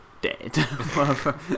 dead